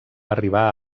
arribar